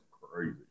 crazy